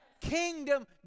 Kingdom